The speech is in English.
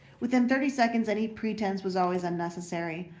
within thirty seconds any pretence was always unnecessary.